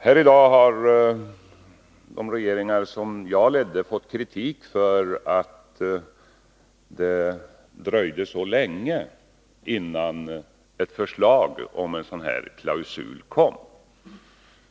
Här i dag har de regeringar som jag ledde fått kritik för att det dröjde så länge innan ett förslag om en sådan klausul kom.